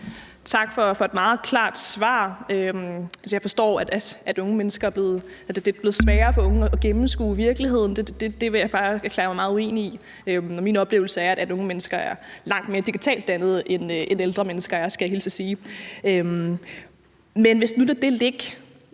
Tak for et meget klart svar. Jeg forstår, at det ifølge ordføreren er blevet sværere for unge at gennemskue virkeligheden. Det vil jeg bare erklære mig meget uenig i. Min oplevelse er, at unge mennesker er langt mere digitalt dannede, end ældre mennesker er, skal jeg hilse at sige.